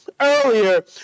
earlier